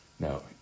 no